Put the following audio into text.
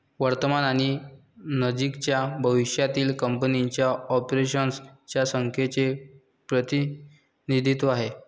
वर्तमान आणि नजीकच्या भविष्यातील कंपनीच्या ऑपरेशन्स च्या संख्येचे प्रतिनिधित्व आहे